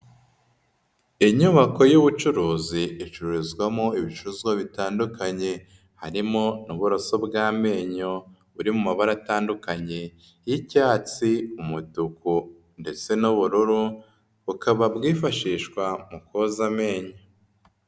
Inyubako y'ubucuruzi icurizwamo ibicuruzwa bitandukanye, harimo n'uburoso bw'amenyo, buri mu mabara atandukanye y'icyatsi, umutuku ndetse n'ubururu, bukaba bwifashishwa mu koza amenyo.